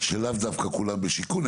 שלאו דווקא כולם בשיכון,